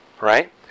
right